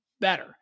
better